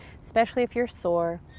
especially if you're sore.